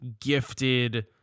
gifted